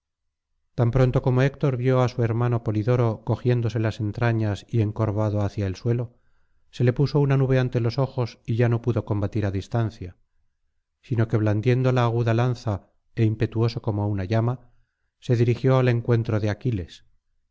tan pronto como héctor vio á su hermano polidoro cogiéndose las entrañas y encorvado hacia el suelo se le puso una nube ante los ojos y ya no pudo combatir á distancia sino que blandiendo la aguda lanza é impetuoso como una llama se dirigió al encuentro de aquiles